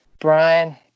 Brian